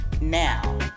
now